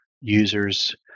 users